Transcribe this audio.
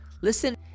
Listen